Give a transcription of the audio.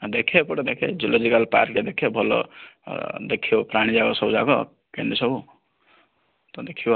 ଦେଖେ ଏପଟେ ଦେଖେ ଜୁଲୋଜିକାଲ ପାର୍କ ଟିକେ ଦେଖେ ଟିକେ ଭଲ ଦେଖିବୁ ପ୍ରାଣୀ ଯାକ ସବୁ ଯାକ କେମିତି ସବୁ ତୁ ଦେଖିବୁ ଆଉ